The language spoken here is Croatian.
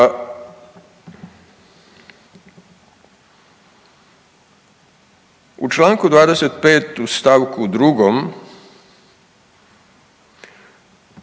u Članku 9. Stavku 2.